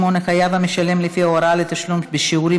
58) (חייב המשלם לפי הוראה לתשלום בשיעורים),